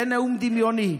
זה נאום דמיוני.